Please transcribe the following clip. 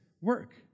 work